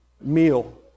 meal